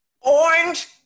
Orange